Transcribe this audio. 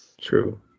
True